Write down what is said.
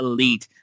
Elite